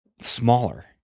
smaller